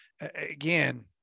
again